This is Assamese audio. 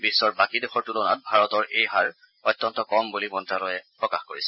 বিশ্বৰ বাকী দেশৰ তুলনাত ভাৰতৰ এই হাৰ অত্যন্ত কম বুলি মন্ত্যালয়ে প্ৰকাশ কৰিছে